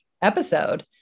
episode